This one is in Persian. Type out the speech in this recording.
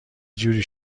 جوری